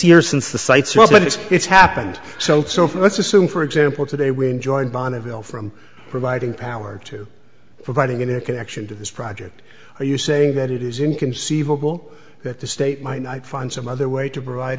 years since the sites but it's it's happened so let's assume for example today we enjoyed bonneville from providing power to providing an air connection to this project are you saying that it is inconceivable that the state might find some other way to provide